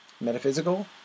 metaphysical